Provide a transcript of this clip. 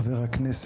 ברוך הבא חברי הקרוב